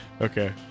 Okay